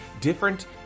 different